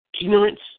ignorance